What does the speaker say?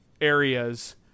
areas